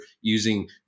using